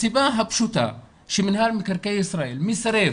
הסיבה הפשוטה היא שמנהל מקרקעי ישראל מסרב